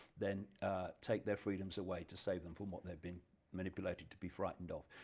then take their freedoms away to save them for what they've been manipulated to be frightened of,